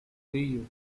brillo